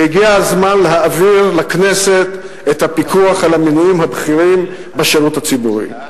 והגיע הזמן להעביר לכנסת את הפיקוח על המינויים הבכירים בשירות הציבורי.